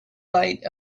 light